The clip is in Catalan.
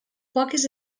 poques